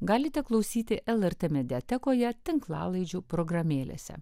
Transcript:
galite klausyti lrt mediatekoje tinklalaidžių programėlėse